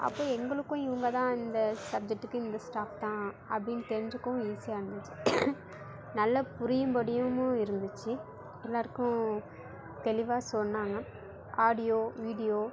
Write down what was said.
அப்போ எங்களுக்கும் இவங்க தான் இந்த சப்ஜெக்ட்டுக்கு இந்த ஸ்டாஃப் தான் அப்படின்னு தெரிஞ்சிக்கவும் ஈஸியாக இருந்துச்சு நல்லா புரியும்படியுமும் இருந்துச்சு எல்லாருக்கும் தெளிவாக சொன்னாங்க ஆடியோ வீடியோ